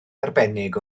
arbennig